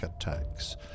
attacks